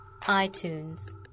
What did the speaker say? iTunes